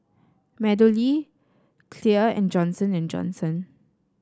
MeadowLea Clear and Johnson And Johnson